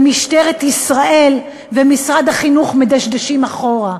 ומשטרת ישראל ומשרד החינוך מדשדשים מאחור.